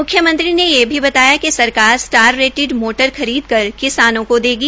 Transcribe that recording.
म्ख्यमंत्री ने यह भी बताया कि सरकार स्टार रेटिड मीटर खरीद कर किसानों को देगी